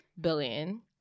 billion